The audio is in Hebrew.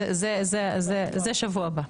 זה שבוע הבא.